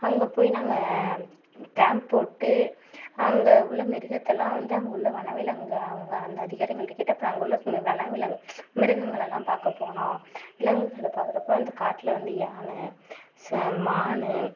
அங்கே போயி நாங்கள் கேம்ப் போட்டு அங்கே உள்ள மிருகத்தலாம் வந்து அங்கே உள்ள வனவிலங்கு அவங்க அந்த அதிகாரிங்கள்கிட்ட கேட்டு அப்புறம் அங்கே உள்ள வனவிலங்கு மிருகங்கள்லெல்லாம் பார்க்கபோனோம் விலங்குகளை பார்க்குறப்போ அந்த காட்டில வந்து யானை ச மான்